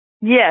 Yes